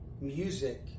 music